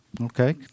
okay